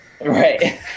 Right